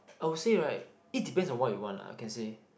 I will say right it depends on what you want lah I can say